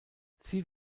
sie